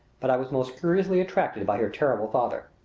but i was most curiously attracted by her terrible father.